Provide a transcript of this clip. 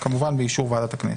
כמובן, באישור ועדת הכנסת.